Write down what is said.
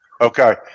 Okay